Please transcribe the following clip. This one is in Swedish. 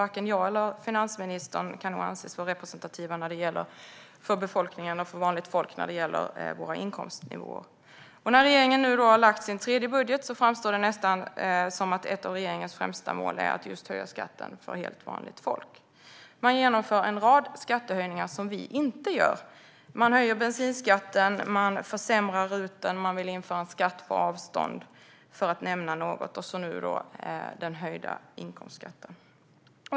Varken jag eller finansministern kan nog anses vara representativa för befolkningen och för vanligt folk när det gäller nivån på våra inkomster. När regeringen nu har lagt sin tredje budget framstår det nästan som att ett av regeringens främsta mål är att just höja skatten för helt vanligt folk. Man genomför en rad skattehöjningar som vi inte gör. Man höjer bensinskatten, man försämrar RUT och man vill införa en skatt på avstånd, för att nämna några förändringar. Och nu kommer också den höjda inkomstskatten.